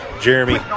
Jeremy